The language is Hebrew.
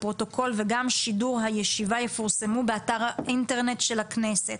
והפרוטוקול וגם שידור הישיבה יפורסמו באתר האינטרנט של הכנסת,